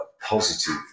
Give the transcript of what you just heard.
positive